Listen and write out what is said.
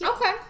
Okay